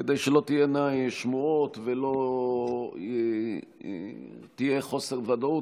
כדי שלא תהיינה שמועות ולא יהיה חוסר ודאות,